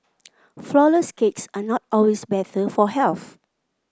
flourless cakes are not always better for health